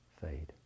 fade